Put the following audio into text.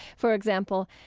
for example,